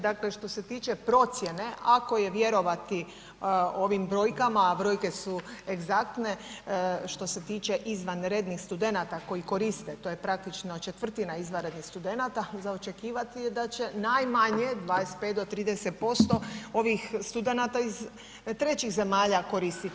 Dakle, što se tiče procjene ako je vjerovati ovim brojkama, a brojke su egzaktne što se tiče izvanrednih studenata koji koriste, to je praktično 1/4 izvanrednih studenata za očekivati je da će najmanje 25 do 30% ovih studenata iz trećih zemalja koristiti.